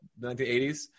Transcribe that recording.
1980s